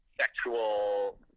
sexual